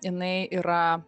jinai yra